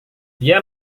dia